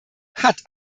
hat